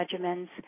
regimens